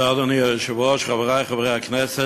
אדוני היושב-ראש, תודה, חברי חברי הכנסת,